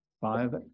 five